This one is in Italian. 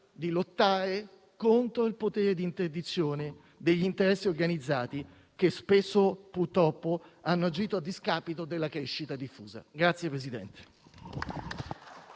di lottare contro il potere di interdizione degli interessi organizzati che spesso, purtroppo, hanno agito a discapito della crescita diffusa.